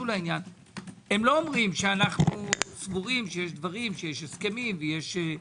הם לא אומרים שאנו סבורים שיש הסכמים, שיש דברים.